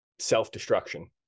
self-destruction